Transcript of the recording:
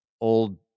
old